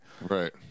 Right